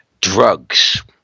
drugs